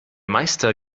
meister